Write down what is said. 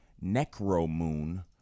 Necromoon